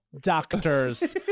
doctors